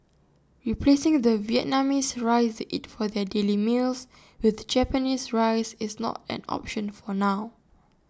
replacing the Vietnamese rice they eat for their daily meals with Japanese rice is not an option for now